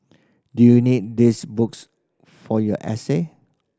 do you need these books for your essay